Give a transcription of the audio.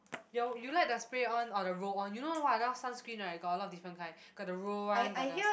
your you like the spray on or the roll on you know what now sunscreen right got a lot of different kind got the roll one got the s~